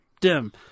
Dim